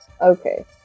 Okay